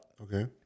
Okay